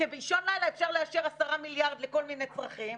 כי באישון לילה אפשר 10 מיליארד לכל מיני צרכים,